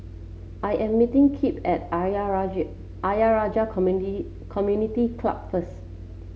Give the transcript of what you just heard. I am meeting Kip at Ayer Rajah Ayer Rajah Community Club first